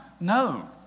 No